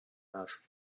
asked